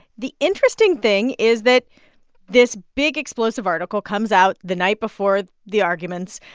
the interesting thing is that this big, explosive article comes out the night before the arguments.